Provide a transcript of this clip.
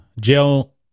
jail